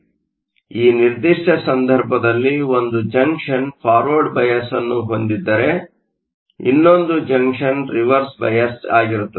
ಆದ್ದರಿಂದ ಈ ನಿರ್ದಿಷ್ಟ ಸಂದರ್ಭದಲ್ಲಿ ಒಂದು ಜಂಕ್ಷನ್ ಫಾರ್ವರ್ಡ್ ಬಯಾಸ್ ಅನ್ನು ಹೊಂದಿದ್ದರೆ ಇನ್ನೊಂದು ಜಂಕ್ಷನ್ ರಿವರ್ಸ್ ಬಯಾಸ್ಸ್ಡ್ ಆಗಿರುತ್ತದೆ